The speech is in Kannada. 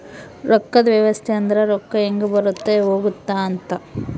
ರೊಕ್ಕದ್ ವ್ಯವಸ್ತೆ ಅಂದ್ರ ರೊಕ್ಕ ಹೆಂಗ ಬರುತ್ತ ಹೋಗುತ್ತ ಅಂತ